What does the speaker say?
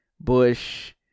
Bush